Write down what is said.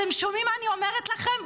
אתם שומעים מה אני אומרת לכם?